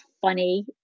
funny